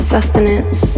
Sustenance